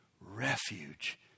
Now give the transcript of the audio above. refuge